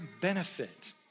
benefit